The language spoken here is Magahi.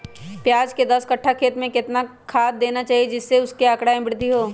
प्याज के दस कठ्ठा खेत में कितना खाद देना चाहिए जिससे उसके आंकड़ा में वृद्धि हो?